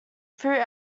threw